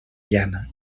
llana